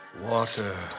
Water